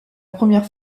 première